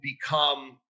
become